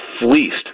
fleeced